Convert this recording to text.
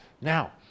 Now